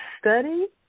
study